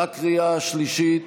בקריאה השלישית.